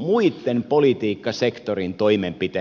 muitten politiikkasektorien toimenpiteitä